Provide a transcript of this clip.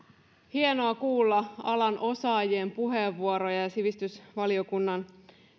hienoa kuulla alan osaajien puheenvuoroja ja ja sivistysvaliokunnan